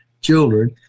children